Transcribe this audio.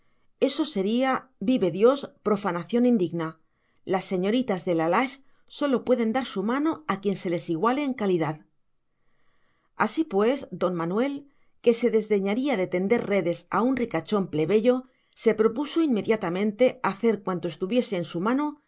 eso sería vive dios profanación indigna las señoritas de la lage sólo pueden dar su mano a quien se les iguale en calidad así pues don manuel que se desdeñaría de tender redes a un ricachón plebeyo se propuso inmediatamente hacer cuanto estuviese en su mano